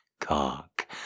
cock